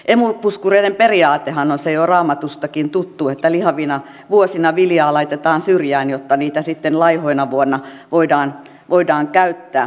emu puskureiden periaatehan on se jo raamatustakin tuttu että lihavina vuosina viljaa laitetaan syrjään jotta niitä sitten laihoina vuosina voidaan käyttää